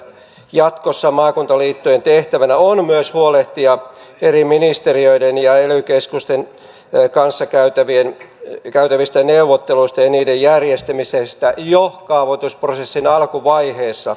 jatkossa maakuntaliittojen tehtävänä on myös huolehtia eri ministeriöiden ja ely keskusten kanssa käytävistä neuvotteluista ja niiden järjestämisestä jo kaavoitusprosessin alkuvaiheessa